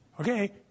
okay